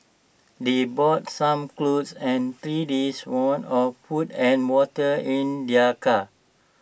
they brought some clothes and three days' worth of food and water in their car